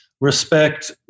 respect